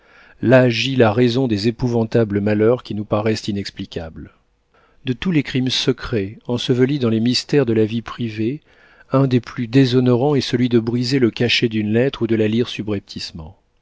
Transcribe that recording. gît la raison des épouvantables malheurs qui nous paraissent inexplicables de tous les crimes secrets ensevelis dans les mystères de la vie privée un des plus déshonorants est celui de briser le cachet d'une lettre ou de la lire